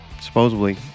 supposedly